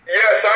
yes